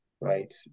right